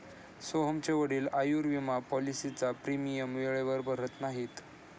सोहनचे वडील आयुर्विमा पॉलिसीचा प्रीमियम वेळेवर भरत नाहीत